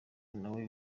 nawe